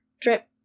drip